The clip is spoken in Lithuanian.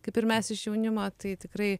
kaip ir mes iš jaunimo tai tikrai